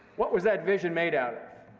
what was that vision made out of?